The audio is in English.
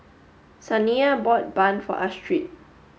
Saniya bought bun for Astrid